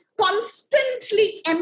Constantly